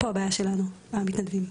פה הבעיה שלנו, המתנדבים.